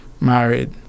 married